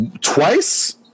twice